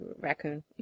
raccoon